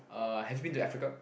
uh have you been to Africa